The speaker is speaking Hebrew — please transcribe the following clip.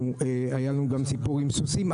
היה לנו גם סיפור עם סוסים,